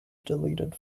deleted